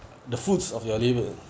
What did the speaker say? the foots of your labour